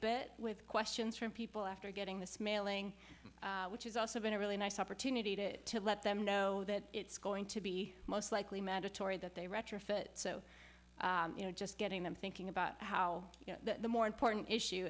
bit with questions from people after getting this mailing which is also been a really nice opportunity to let them know that it's going to be most likely mandatory that they retrofit so you know just getting them thinking about how the more important issue